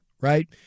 right